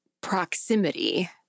proximity